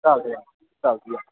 चालतं आहे या चालतं आहे या